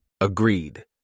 Agreed